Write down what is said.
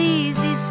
easy